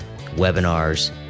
webinars